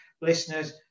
listeners